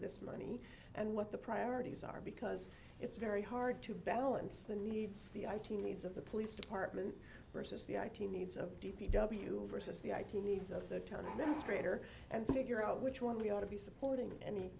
this money and what the priorities are because it's very hard to balance the needs the i team needs of the police department versus the i t needs of d p w versus the i q needs of the town and then straighter and figure out which one we ought to be supporting any